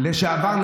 לשעבר,